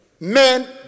Men